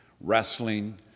wrestling